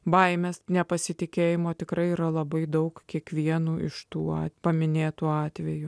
baimės nepasitikėjimo tikrai yra labai daug kiekvienu iš tų paminėtų atvejų